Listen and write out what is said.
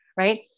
Right